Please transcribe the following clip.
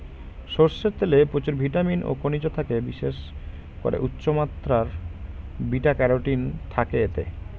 সরষের তেলে প্রচুর ভিটামিন ও খনিজ থাকে, বিশেষ করে উচ্চমাত্রার বিটা ক্যারোটিন থাকে এতে